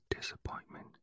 disappointment